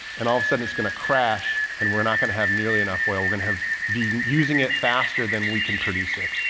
and all of a sudden it's going to crash and we're not going to have nearly enough oil. we're going to have been using it faster than we can produce it.